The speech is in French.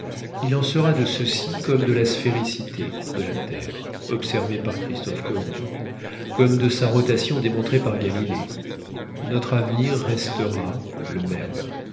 il en sera de ceci comme de la sphéricité de la terre observée par christophe colomb comme de sa rotation démontrée par galilée notre avenir restera le même